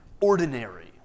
ordinary